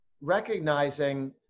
recognizing